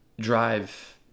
drive